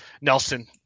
Nelson